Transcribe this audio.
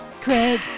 Craig